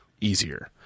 easier